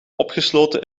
opgesloten